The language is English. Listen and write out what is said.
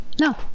No